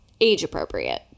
age-appropriate